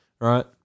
right